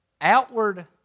outward